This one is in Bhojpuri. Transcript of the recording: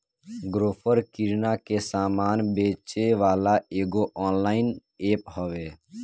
ग्रोफर किरणा के सामान बेचेवाला एगो ऑनलाइन एप्प हवे